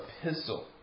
Epistle